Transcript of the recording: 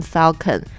Falcon